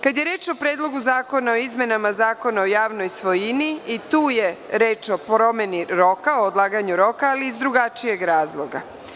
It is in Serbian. Kada je reč o Predlogu zakona o izmenama Zakona o javnoj svojini, tu je reč o promeni roka, odlaganju roka, ali iz drugačijeg razloga.